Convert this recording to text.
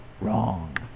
Wrong